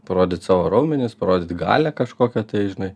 parodyt savo raumenis parodyt galią kažkokią tai žinai